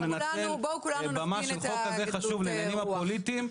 לנצל במה של חוק כזה חשוב לעניינים הפוליטיים,